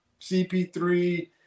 CP3